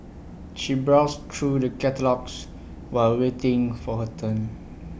she browsed through the catalogues while waiting for her turn